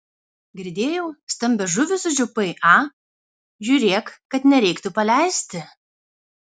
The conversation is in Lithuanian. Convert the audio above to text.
girdėjau stambią žuvį sučiupai a žiūrėk kad nereiktų paleisti